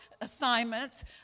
assignments